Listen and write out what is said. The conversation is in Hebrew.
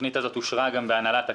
התוכנית הזאת אושרה גם בהנהלת הקרן.